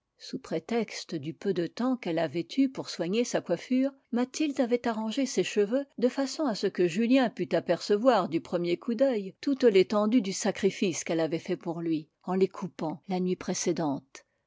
sous prétexte du peu de temps qu'elle avait eu pour soigner sa coiffure mathilde avait arrangé ses cheveux de façon à ce que julien pût apercevoir du premier coup d'oeil toute l'étendue du sacrifice qu'elle avait fait pour lui en les coupant la nuit précédente